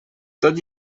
tot